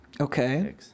Okay